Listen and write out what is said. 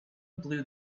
blew